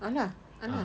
ah lah ah lah